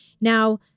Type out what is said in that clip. Now